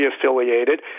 affiliated